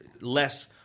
less